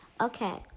Okay